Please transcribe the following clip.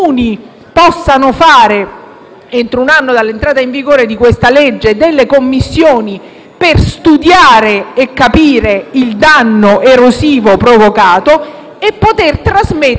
entro un anno dall'entrata in vigore della legge, delle commissioni per studiare e capire il danno erosivo provocato e di poter trasmettere alle Regioni